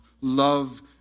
love